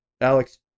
Alex